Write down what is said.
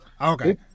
Okay